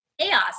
chaos